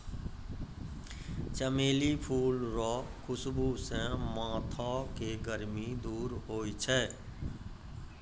चमेली फूल रो खुशबू से माथो के गर्मी दूर होय छै